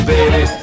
Baby